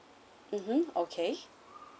mmhmm okay